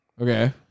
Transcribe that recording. Okay